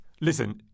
listen